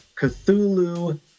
Cthulhu